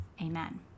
Amen